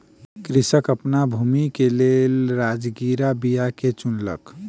कृषक अपन भूमि के लेल राजगिरा बीया के चुनलक